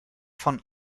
von